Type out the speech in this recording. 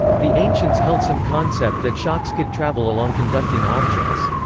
the ancients held some concept that shocks could travel along conducting objects.